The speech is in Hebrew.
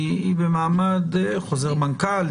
היא במעמד חוזר מנכ"ל,